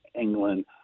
England